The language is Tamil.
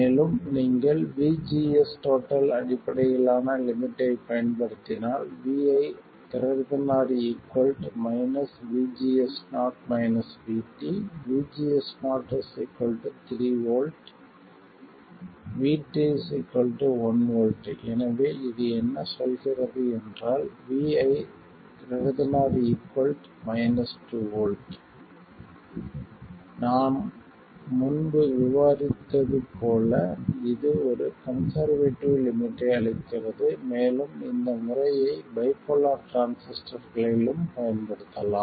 மேலும் நீங்கள் VGS அடிப்படையிலான லிமிட்டை பயன்படுத்தினால் vi ≥ VGS0 3 V VT 1 V எனவே இது என்ன சொல்கிறது என்றால் vi ≥ நான் முன்பு விவரித்தது போல இது ஒரு கன்செர்வேட்டிவ் லிமிட்டை அளிக்கிறது மேலும் இந்த முறையை பைபோலார் டிரான்சிஸ்டர்களிலும் பயன்படுத்தலாம்